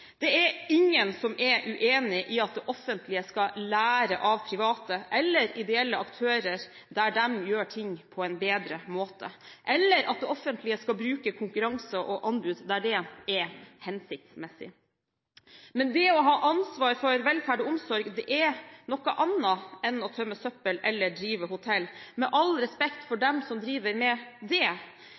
Det er ingen som er uenig i at det offentlige skal lære av private eller ideelle aktører der de gjør ting på en bedre måte, eller at det offentlige skal bruke konkurranse og anbud der det er hensiktsmessig. Men det å ha ansvar for velferd og omsorg er noe annet enn å tømme søppel eller drive hotell – med all respekt for dem som driver med det.